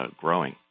growing